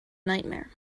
nightmare